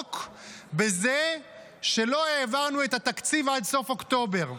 בזה שלא העברנו את התקציב עד סוף אוקטובר.